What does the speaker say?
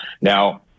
now